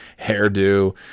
hairdo